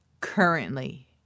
currently